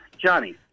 Johnny